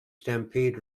stampede